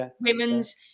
women's